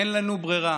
אין לנו ברירה.